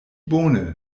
bone